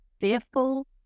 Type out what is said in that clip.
fearful